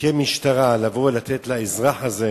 כמשטרה לבוא ולתת לאזרח הזה